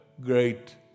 great